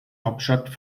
hauptstadt